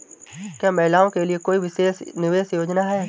क्या महिलाओं के लिए कोई विशेष निवेश योजना है?